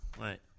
Right